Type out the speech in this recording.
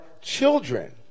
children